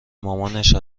مامانش